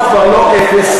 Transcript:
הוא כבר לא אפס,